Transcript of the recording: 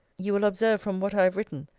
you will observe from what i have written,